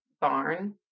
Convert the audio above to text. barn